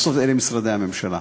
בסוף אלה משרדי הממשלה.